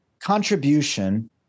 contribution